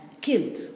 killed